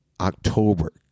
October